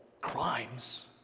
crimes